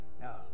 Now